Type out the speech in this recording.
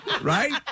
right